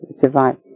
survive